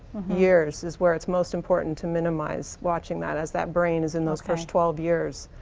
years is where it's most important to minimize watching that as that brain is in those first twelve years,